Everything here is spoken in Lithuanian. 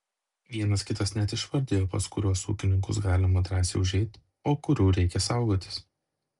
vienas kitas net išvardijo pas kuriuos ūkininkus galima drąsiai užeiti o kurių reikia saugotis